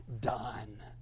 done